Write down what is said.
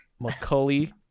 McCully